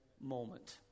moment